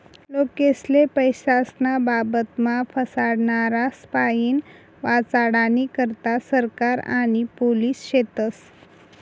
लोकेस्ले पैसास्नं बाबतमा फसाडनारास्पाईन वाचाडानी करता सरकार आणि पोलिस शेतस